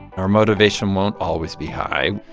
our motivation won't always be high,